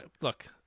look